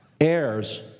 heirs